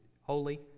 holy